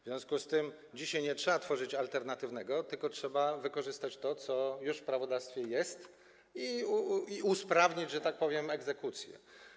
W związku z tym dzisiaj nie trzeba tworzyć nic alternatywnego, tylko trzeba wykorzystać to, co już w prawodawstwie jest, i usprawnić, że tak powiem, egzekucję.